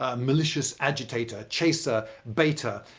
ah malicious agitator, chaser, baiter,